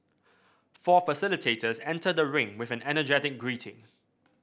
four facilitators enter the ring with an energetic greeting